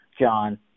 John